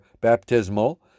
baptismal